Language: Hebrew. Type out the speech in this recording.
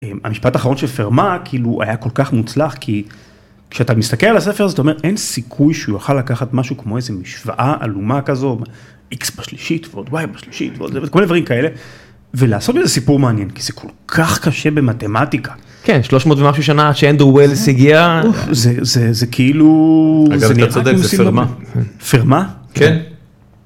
המשפט האחרון של פרמה כאילו היה כל כך מוצלח, כי כשאתה מסתכל על הספר זאת אומרת אין סיכוי שהוא יוכל לקחת משהו כמו איזה משוואה עלומה כזו x בשלישית ועוד y בשלישית ועוד כל מיני דברים כאלה, ולעשות מזה סיפור מעניין, כי זה כל כך קשה במתמטיקה. כן שלוש מאות ומשהו שנה שאנדרו ווילס הגיע, זה כאילו... אגב אתה צודק זה פרמה. פרמה? כן.